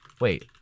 wait